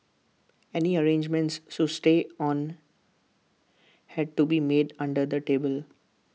any arrangements to stay on had to be made under the table